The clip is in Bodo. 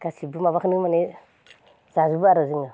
गासिबबो माबाखोनो माने जाजोबो आरो जोङो